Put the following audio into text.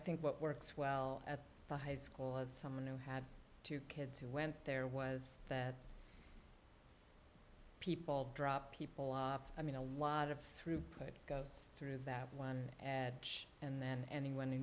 think what works well at the high school is someone who had two kids who went there was that people drop people off i mean a lot of throughput goes through that one and then anyone who